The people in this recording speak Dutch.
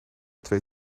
twee